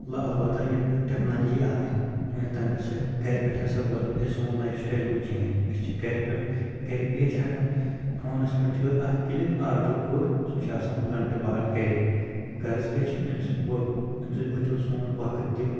البتہ ینہٕ پؠٹھ ٹیکنالجی آیہِ وۄنۍ تن پؠٹھ گرِ پؠٹھ ہسا بہٕ اسہِ سون لایف سٹایِل گوٚو چینج أسۍ چھِ گرِ پؠٹھ گرِ بِہتھ ہؠکان فونس پؠٹھ دِو اکھ کِلِک آرڈر کوٚر سُہ چھُ آسن گنٛٹہٕ بعد گرِ گرس کیٛاہ چھِ امہِ سۭتۍ امہِ سۭتۍ بچو سون وقت تہِ